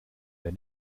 der